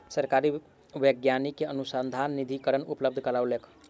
सरकार वैज्ञानिक के अनुसन्धान निधिकरण उपलब्ध करौलक